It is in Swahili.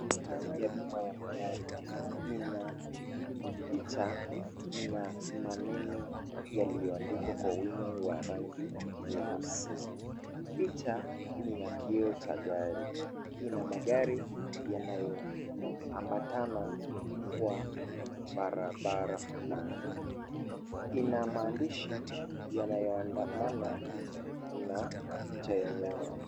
Star ya bima ya magari ina picha na maneno yaliyoandikwa kwa wino wa rangi nyeusi. Picha ni ya kioo cha gari. Ina magari yanayoambatana kwa barabara fulani. Ina maandishi yanayoambatana na picha yenyewe.